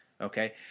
okay